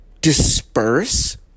disperse